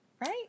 right